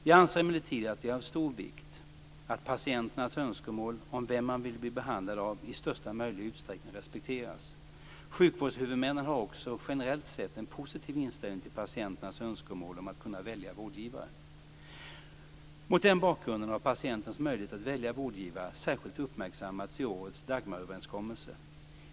Jag anser emellertid att det är av stor vikt att patienternas önskemål om vem man vill bli behandlad av i största möjliga utsträckning respekteras. Sjukvårdshuvudmännen har också generellt sett en positiv inställning till patienternas önskemål om att kunna välja vårdgivare. Mot den bakgrunden har patientens möjlighet att välja vårdgivare särskilt uppmärksammats i årets Dagmaröverenskommelse.